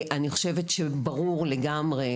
אני חושבת שברור לגמרי,